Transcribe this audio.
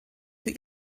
für